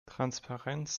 transparenz